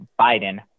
Biden